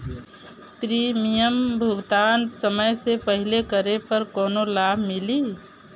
Premium भुगतान समय से पहिले करे पर कौनो लाभ मिली?